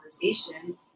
conversation